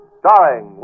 starring